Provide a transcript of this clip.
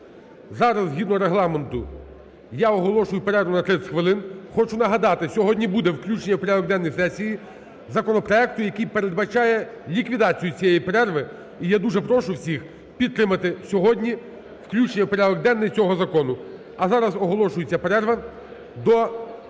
Зараз згідно Регламенту я оголошую перерву на 30 хвилин. Хочу нагадати, сьогодні буде включення в порядок денний сесії законопроекту, який передбачає ліквідацію цієї перерви, і я дуже прошу всіх підтримати сьогодні включення в порядок денний цього закону. А зараз оголошується перерва до 12:30.